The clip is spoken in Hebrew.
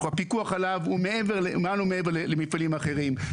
הפיקוח עליו הוא מעל ומעבר למפעלים אחרים,